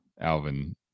alvin